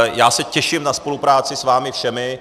Já se těším na spolupráci s vámi všemi.